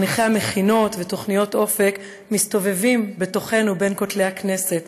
חניכי המכינות ותוכניות אופק מסתובבים בתוכנו בין כותלי הכנסת,